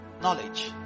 knowledge